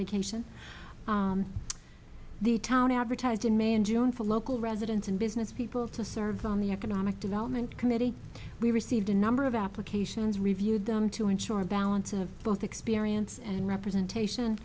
vacation the town advertised in may and june for local residents and business people to serve on the economic development committee we received a number of applications reviewed them to ensure a balance of both experience and representation